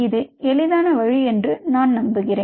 இது எளிதான வழி என்று நான் நம்புகிறேன்